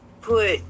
put